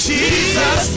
Jesus